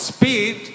Speed